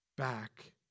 back